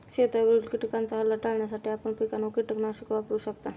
शेतावरील किटकांचा हल्ला टाळण्यासाठी आपण पिकांवर कीटकनाशके वापरू शकता